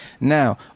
Now